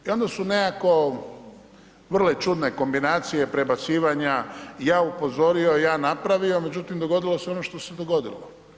I onda su nekako, vrlo čudne kombinacije, prebacivanja, ja upozorio, ja napravio, međutim, dogodilo se ono što se dogodilo.